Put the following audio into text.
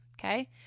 Okay